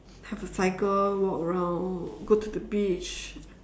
have a cycle walk around go to the beach